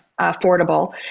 affordable